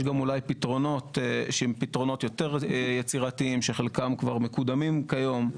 יש גם אולי פתרונות שהם פתרונות יותר יצירתיים שחלקם כבר מקודמים כיום,